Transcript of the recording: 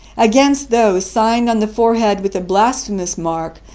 against those signed on the forehead with the blasphemous mark,